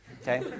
Okay